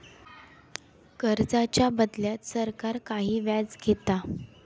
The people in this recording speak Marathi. कर्जाच्या बदल्यात सरकार काही व्याज घेता